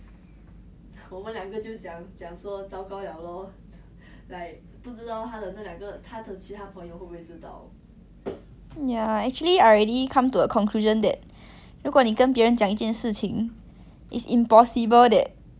ya actually I already come to a conclusion that 如果你跟别人讲一件事情 is impossible that it will just stay with that person like I only tell them because I trust that they won't tell the wrong person